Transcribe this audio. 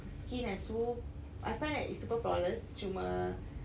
skin eh so I find that it's super flawless cuma